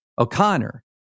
O'Connor